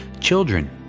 Children